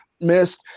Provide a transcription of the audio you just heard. missed